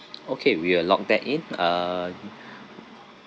okay we allowed that in uh